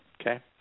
Okay